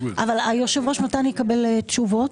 היושב ראש, מתי אני אקבל תשובות?